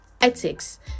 ethics